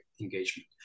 engagement